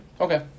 Okay